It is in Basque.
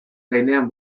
gainean